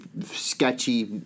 sketchy